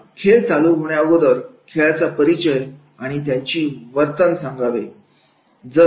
आता खेळ चालू होण्याअगोदर खेळाचा परिचय आणि त्याची वर्णन सांगावे